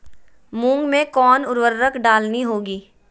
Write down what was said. मूंग में कौन उर्वरक डालनी होगी?